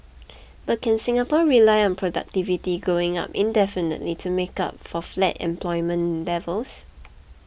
but can Singapore rely on productivity going up indefinitely to make up for flat employment levels